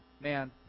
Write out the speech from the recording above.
man